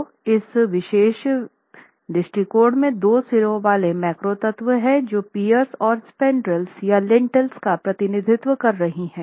तो इस विशेष दृष्टिकोण में दो सिर वाले मैक्रो तत्व हैं जो पियर्स और स्पैन्ड्रल्स या लिंटल्स का प्रतिनिधित्व कर रही है